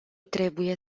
trebuie